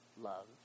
love